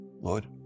Lord